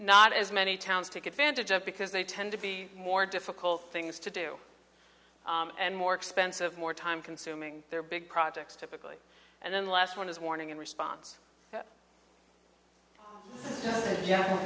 not as many towns take advantage of because they tend to be more difficult things to do and more expensive more time consuming their big projects typically and then last one is warning in response ye